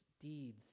deeds